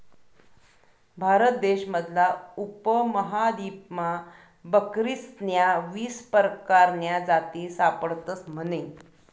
भारत देश मधला उपमहादीपमा बकरीस्न्या वीस परकारन्या जाती सापडतस म्हने